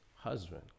husband